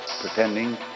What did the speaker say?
pretending